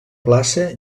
plaça